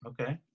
Okay